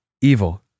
evil